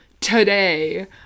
today